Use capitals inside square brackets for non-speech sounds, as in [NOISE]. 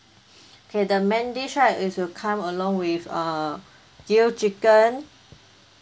[BREATH] okay the main dish right it should come along with uh grill chicken